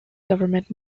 government